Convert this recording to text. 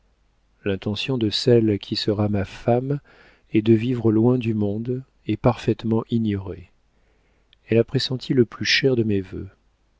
l'intention de celle qui sera ma femme est de vivre loin du monde et parfaitement ignorée elle a pressenti le plus cher de mes vœux